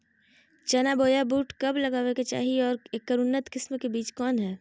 चना बोया बुट कब लगावे के चाही और ऐकर उन्नत किस्म के बिज कौन है?